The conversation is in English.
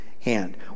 hand